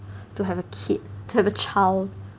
to have a kid to have a child